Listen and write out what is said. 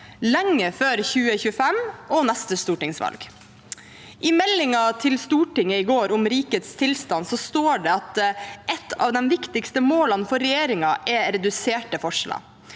lenge før 2025 og neste stortingsvalg. I meldingen til Stortinget i går om rikets tilstand står det at et av de viktigste målene for regjeringen er reduserte forskjeller.